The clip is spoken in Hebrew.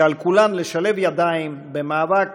שעל כולן לשלב ידיים במאבק